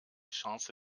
chance